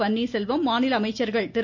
பன்னீர்செல்வம் மாநில அமைச்சர்கள் திரு